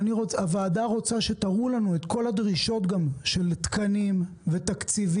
הוועדה רוצה שתראו לנו את כל הדרישות גם של תקנים ותקציבים,